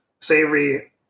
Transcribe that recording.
savory